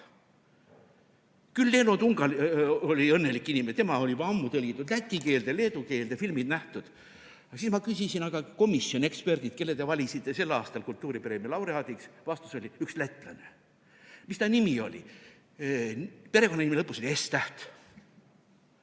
Küll Leelo Tungal oli õnnelik inimene, tema oli juba ammu tõlgitud läti keelde, leedu keelde, filmid on nähtud. Siis ma küsisin: aga komisjon, eksperdid, kelle te valisite sel aastal kultuuripreemia laureaadiks? Vastus oli: üks lätlane. Mis ta nimi on? Perekonnanime lõpus oli s-täht.